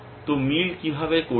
তো মিল কি ভাবে করছে